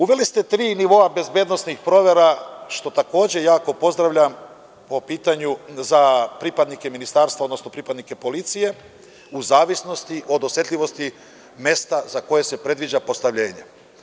Uveli ste tri nivoa bezbednosnih promena, što takođe jako pozdravljam, za pripadnike Ministarstva, odnosno pripadnike policije, od zavisnosti od osetljivosti mesta za koje se predviđa postavljenje.